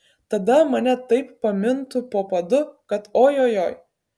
tada mane taip pamintų po padu kad ojojoi